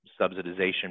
subsidization